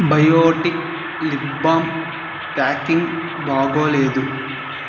Biotique lip balm packing బాగలేదు